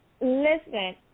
Listen